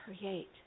create